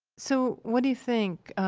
so, what do you think?